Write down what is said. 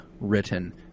written